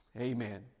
Amen